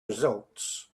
results